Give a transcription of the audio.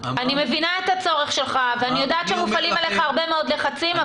אני מבינה את הצורך שלך ואני יודעת שמופעלים עליך הרבה מאוד לחצים,